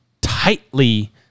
tightly